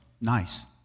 Nice